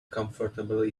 comfortable